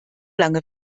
lange